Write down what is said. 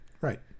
right